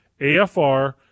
AFR